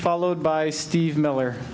followed by steve miller